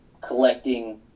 collecting